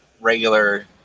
regular